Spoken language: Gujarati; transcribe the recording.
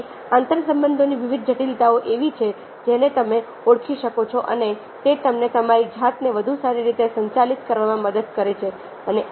તેથી આંતરસંબંધોની વિવિધ જટિલતાઓ એવી છે જેને તમે ઓળખી શકો છો અને તે તમને તમારી જાતને વધુ સારી રીતે સંચાલિત કરવામાં મદદ કરે છે